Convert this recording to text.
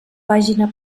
pàgina